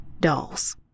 dolls